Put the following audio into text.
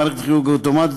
מערכת חיוג אוטומטית,